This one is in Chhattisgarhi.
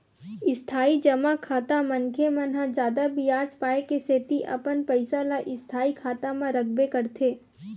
इस्थाई जमा खाता मनखे मन ह जादा बियाज पाय के सेती अपन पइसा ल स्थायी खाता म रखबे करथे